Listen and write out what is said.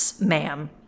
ma'am